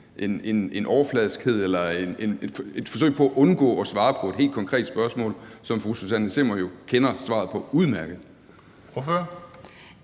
en overfladiskhed eller i et forsøg på at undgå at svare på et helt konkret spørgsmål, som fru Susanne Zimmer jo udmærket